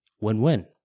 Win-win